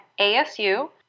ASU